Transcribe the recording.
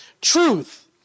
truth